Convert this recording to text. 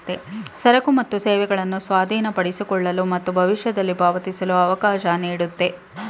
ಸರಕು ಮತ್ತು ಸೇವೆಗಳನ್ನು ಸ್ವಾಧೀನಪಡಿಸಿಕೊಳ್ಳಲು ಮತ್ತು ಭವಿಷ್ಯದಲ್ಲಿ ಪಾವತಿಸಲು ಅವಕಾಶ ನೀಡುತ್ತೆ